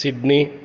Sydney